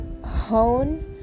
hone